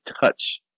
touch